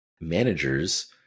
managers